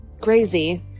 crazy